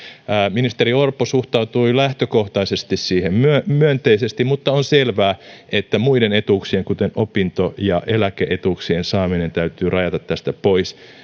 ministeri orpo suhtautui lähtökohtaisesti siihen myönteisesti mutta on selvää että muiden etuuksien kuten opinto ja eläke etuuksien saaminen täytyy rajata tästä pois